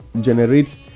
generate